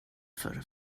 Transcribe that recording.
för